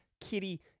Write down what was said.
kitty